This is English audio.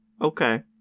Okay